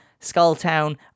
Skulltown